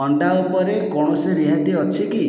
ଅଣ୍ଡା ଉପରେ କୌଣସି ରିହାତି ଅଛି କି